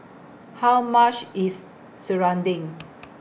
How much IS Serunding